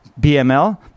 BML